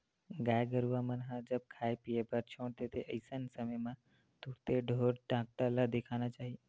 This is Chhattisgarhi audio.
गाय गरुवा मन ह जब खाय पीए बर छोड़ देथे अइसन समे म तुरते ढ़ोर डॉक्टर ल देखाना चाही